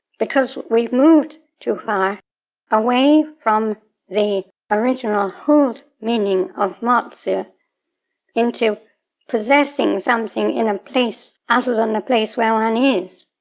because we've moved too far away from the original hold meaning of motsu into possessing something in a place other ah than the place where one is,